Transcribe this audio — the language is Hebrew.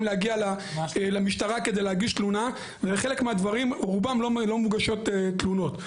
להגיע למשטרה כדי להגיש תלונה וחלק מהדברים רובם לא מוגשות תלונות.